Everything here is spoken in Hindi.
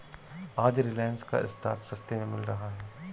आज रिलायंस का स्टॉक सस्ते में मिल रहा है